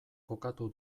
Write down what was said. kokatu